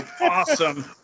awesome